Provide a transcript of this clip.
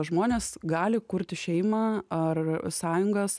žmonės gali kurti šeimą ar sąjungas